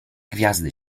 gwiazdy